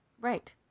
Right